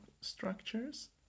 structures